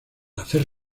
hacer